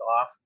off